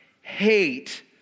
hate